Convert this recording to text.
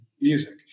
music